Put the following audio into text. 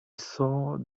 saw